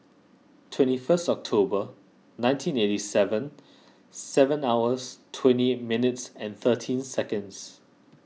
twenty first October nineteen eighty seven seven hours twenty eight minutes and thirteen seconds